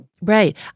Right